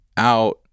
out